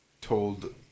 told